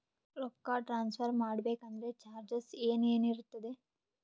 ರೊಕ್ಕ ಟ್ರಾನ್ಸ್ಫರ್ ಮಾಡಬೇಕೆಂದರೆ ಚಾರ್ಜಸ್ ಏನೇನಿರುತ್ತದೆ?